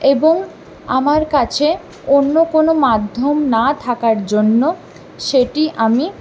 এবং আমার কাছে অন্য কোনো মাধ্যম না থাকার জন্য সেটি আমি